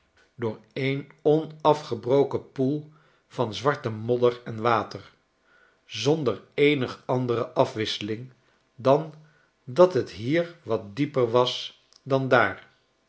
af doormen onafgebroken poel van zwarte modder en water zonder eenig andere afwisseling dan dat het hier wat dieper was dan daar